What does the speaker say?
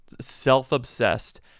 self-obsessed